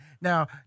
Now